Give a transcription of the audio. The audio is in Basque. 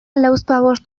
lauzpabost